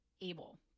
able